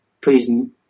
prison